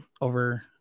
over